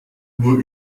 nur